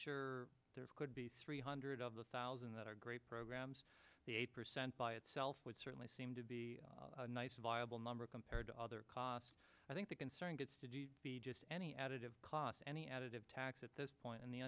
sure there could be three hundred of the thousand that are great programs the eight percent by itself would certainly seem to be a nice viable number compared to other costs i think the concern gets to be just any additive cost any additive tax at this point in the